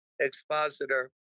Expositor